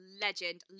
legend